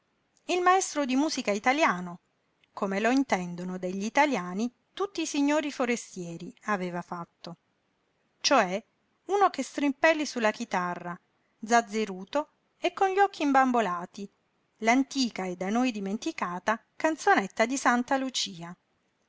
il maestro di musica italiano come lo intendono degli italiani tutti i signori forestieri aveva fatto cioè uno che strimpelli sulla chitarra zazzeruto e con gli occhi imbambolati l'antica e da noi dimenticata canzonetta di santa lucia